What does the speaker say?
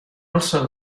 also